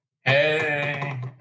Hey